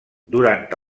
durant